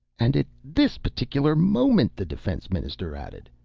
and at this particular moment, the defense minister added,